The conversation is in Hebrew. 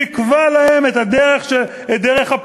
מי יקבע להם את דרך הפעולה?